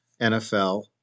NFL